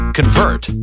convert